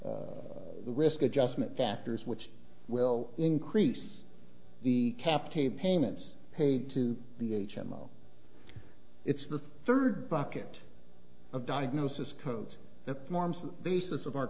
the the risk adjustment factors which will increase the cap came payments paid to the h m o it's the third bucket of diagnosis codes that norm's the basis of our